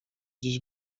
dziś